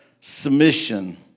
Submission